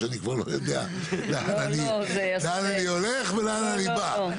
שאני כבר לא יודע לאן אני הולך ולאן אני בא.